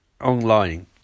online